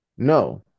No